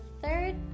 third